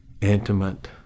intimate